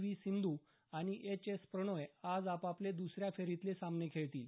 V Sindhu आणि S S Prannoy आज आपापले दुसऱ्या फेरीतले सामने खेळतील